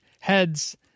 heads